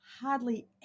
hardly